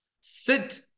Sit